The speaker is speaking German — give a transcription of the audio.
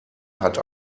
hat